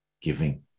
giving